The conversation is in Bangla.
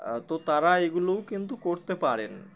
তো তারা এগুলোও কিন্তু করতে পারেন